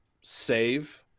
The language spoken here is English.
Save